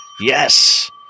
yes